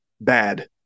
bad